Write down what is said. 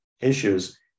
issues